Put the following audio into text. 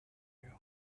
you